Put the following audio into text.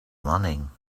running